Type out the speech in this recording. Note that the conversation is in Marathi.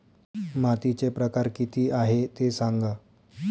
मातीचे प्रकार किती आहे ते सांगा